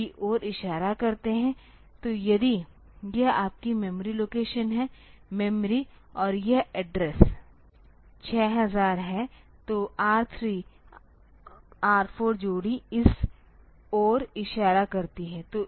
तो यदि यह आपकी मेमोरी लोकेशन है मेमोरी और यह एड्रेस 6000 है तो R3 R4 जोड़ी इस ओर इशारा करती है